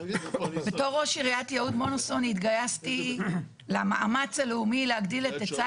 בתור ראש עיריית יהוד מונוסון התגייסתי למאמץ הלאומי להגדיל את היצע